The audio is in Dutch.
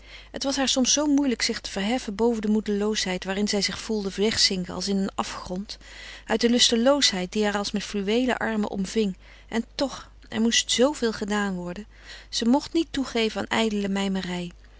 het was haar soms zoo moeilijk zich te verheffen boven de moedeloosheid waarin zij zich voelde wegzinken als in een afgrond uit de lusteloosheid die haar als met fluweelen armen omving en toch er moest zooveel gedaan worden ze mocht niet toegeven aan